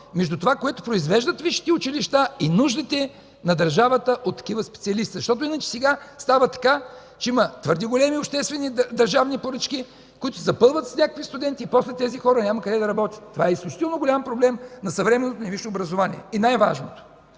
между това, което произвеждат висшите училища, и нуждите на държавата от такива специалисти. Защото иначе сега става така че има твърде големи обществени и държавни поръчки, които се запълват с някакви студенти и после тези хора няма къде да работят. Това е изключително голям проблем на съвременното ни висше образование. И най-важното